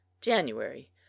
January